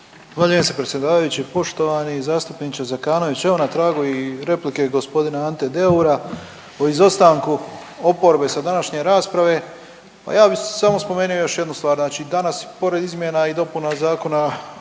Zahvaljujem se predsjedavajući. Poštovani zastupniče Zekanović, evo na tragu i replike gospodina Ante Deura o izostanku oporbe sa današnje rasprave, pa ja bih samo spomenuo još jednu stvar. Znači danas pored izmjena i dopuna Zakona